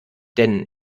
denn